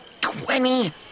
Twenty